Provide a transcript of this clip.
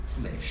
flesh